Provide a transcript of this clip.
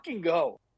go